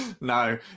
No